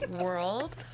World